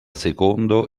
secondo